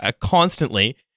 constantly